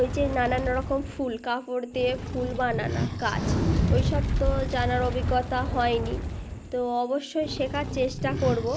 ওই যে নানান রকম ফুল কাপড় দিয়ে ফুল বানানোর কাজ ওই সব তো জানার অভিজ্ঞতা হয় নি তো অবশ্যই শেখার চেষ্টা করবো